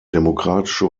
demokratische